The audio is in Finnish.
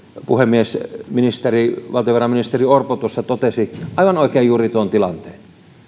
puhemies valtiovarainministeri orpo tuossa totesi aivan oikein juuri tuon tilanteen